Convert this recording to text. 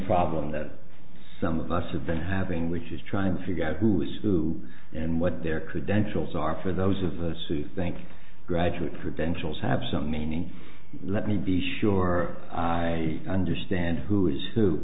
problem that some of us have been having which is trying to figure out who is who and what their credentials are for those of us who think graduate credentials have some meaning let me be sure i understand who is who